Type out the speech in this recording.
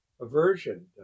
Aversion